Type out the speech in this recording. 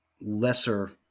lesser